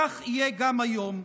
כך יהיה גם היום.